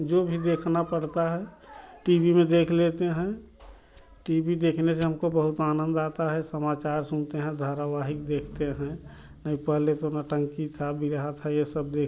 जो भी देखना पड़ता है टी वी में देख लेते हैं टी वी देखने से हमको बहुत आनंद आता है समाचार सुनते हैं धारावाहिक देखते हैं नहीं पहले तो नौटंकी था बिरहा था ये सब देख